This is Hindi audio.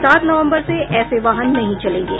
सात नवम्बर से ऐसे वाहन नहीं चलेंगे